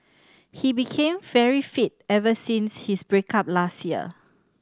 he became very fit ever since his break up last year